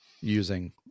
using